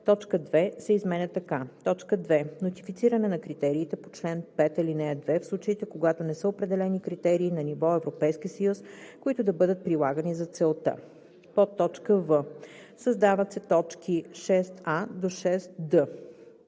точка 2 се изменя така: „2. нотифициране на критериите по чл. 5, ал. 2 в случаите, когато не са определени критерии на ниво Европейски съюз, които да бъдат прилагани за целта;“ в) създават се т. 6а – 6д: